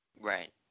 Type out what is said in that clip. Right